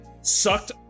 Sucked